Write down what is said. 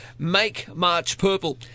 MakeMarchPurple